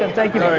um thank you.